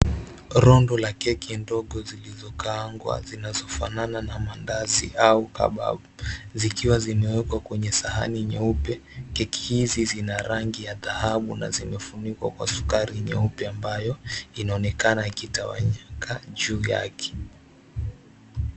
Rondo za keki ndogo zilizokaangwa na kufanana na mandazi au kebab zikiwa zimewekwa kwenye sahani nyeupe. Keki hizi Zina rangi ya dhahabu na zimefunikwa kwa sukari nyeupe ambayo inaonekana ikitawanyika juu yake.